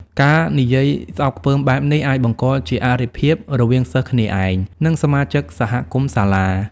ការនិយាយស្អប់ខ្ពើមបែបនេះអាច បង្កជាអរិភាព រវាងសិស្សគ្នាឯង និងសមាជិកសហគមន៍សាលា។